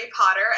Potter